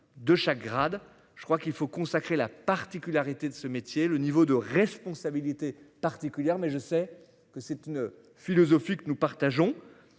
de chaque grade. Je crois qu'il faut consacrer la particularité de ce métier. Le niveau de responsabilité particulière mais je sais que c'est une philosophie que nous partageons.